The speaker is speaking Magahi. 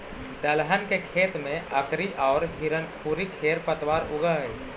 दलहन के खेत में अकरी औउर हिरणखूरी खेर पतवार उगऽ हई